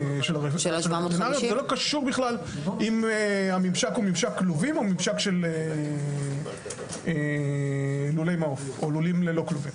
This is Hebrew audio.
זה לא קשור אם הממשק הוא של כלובים או של לולי מעוף או ללא כלובים.